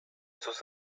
sus